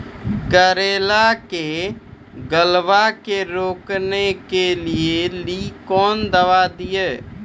करेला के गलवा के रोकने के लिए ली कौन दवा दिया?